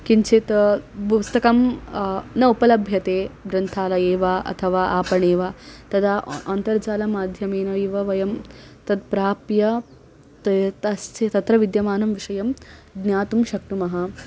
किञ्चित् पुस्तकं न उपलभ्यते ग्रन्थालये वा अथवा आपणे वा तदा अन्तर्जालमाध्यमेनैव वयं तत् प्राप्य त तस्य तत्र विद्यमानं विषयं ज्ञातुं शक्नुमः